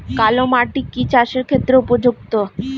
কালো মাটি কি চাষের ক্ষেত্রে উপযুক্ত?